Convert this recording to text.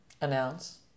announce